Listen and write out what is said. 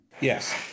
Yes